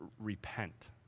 repent